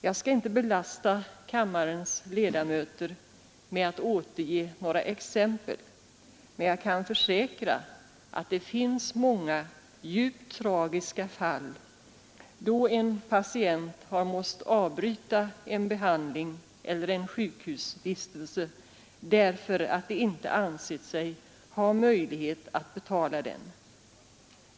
Jag skall inte belasta kammarens ledamöter med att återge några exempel, men jag kan fö äkra att det finns många djupt tragiska fall, då en patient har måst avbryta en behandling eller en sjukhusvistelse därför att han inte anser sig ha möjlighet att betala den.